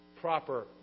proper